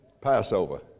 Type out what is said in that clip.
Passover